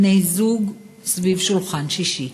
בני-זוג סביב שולחן שישי.